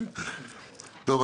אם